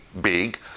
big